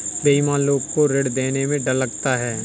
बेईमान लोग को ऋण देने में डर लगता है